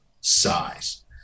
size